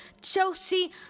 Chelsea